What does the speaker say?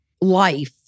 life